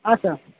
ಹಾಂ ಸರ್